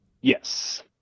Yes